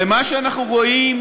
ומה שאנחנו רואים